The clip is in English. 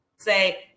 say